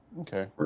Okay